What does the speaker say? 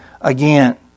again